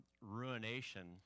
ruination